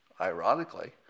ironically